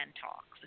talks